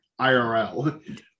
IRL